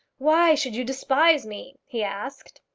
why should you despise me? he asked.